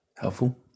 Helpful